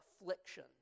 affliction